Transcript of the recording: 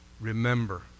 remember